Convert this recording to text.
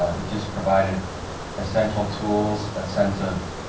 it just provided essential tools, a sense of